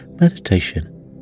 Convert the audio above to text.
meditation